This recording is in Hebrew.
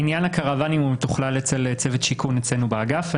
עניין הקרוואנים מתוכלל אצל צוות שיכון אצלנו באגף.